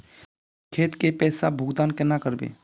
खेत के पैसा भुगतान केना करबे?